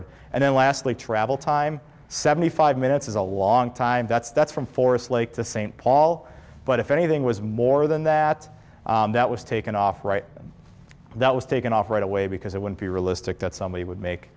d and then lastly travel time seventy five minutes is a long time that's that's from forest lake to st paul but if anything was more than that that was taken off right that was taken off right away because it would be realistic that somebody would make